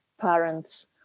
parents